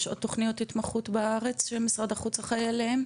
עוד תוכניות התמחות בארץ שמשרד החוץ אחראי עליהם?